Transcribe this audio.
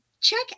Check